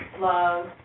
Love